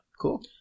cool